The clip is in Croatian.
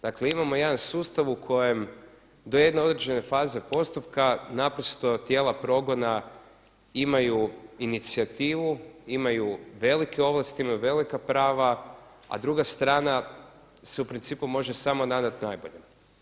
Dakle, imamo jedan sustav u kojem do jedne određene faze postupka naprosto tijela progona imaju inicijativu, imaju velike ovlasti, imaju velika prava, a druga strana se u principu može samo nadati najboljem.